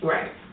Right